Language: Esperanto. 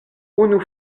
unu